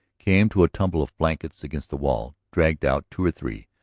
came to a tumble of blankets against the wall, dragged out two or three,